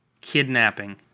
kidnapping